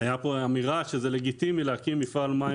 הייתה פה אמירה שזה לגיטימי להקים מפעל מים